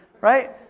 Right